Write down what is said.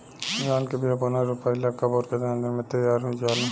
धान के बिया पुनः रोपाई ला कब और केतना दिन में तैयार होजाला?